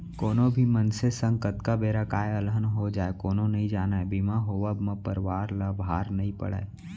कोनो भी मनसे संग कतका बेर काय अलहन हो जाय कोनो नइ जानय बीमा होवब म परवार ल भार नइ पड़य